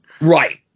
Right